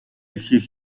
ихийг